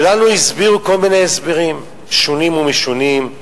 ולנו הסבירו כל מיני הסברים שונים ומשונים.